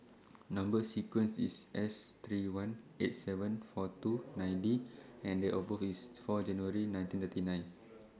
Number sequence IS S three one eight seven four two nine D and Date of birth IS four January nineteen thirty nine